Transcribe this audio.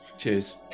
Cheers